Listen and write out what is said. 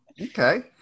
Okay